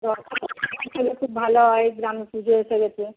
এলে খুব ভালো হয় গ্রামে পুজো এসে গিয়েছে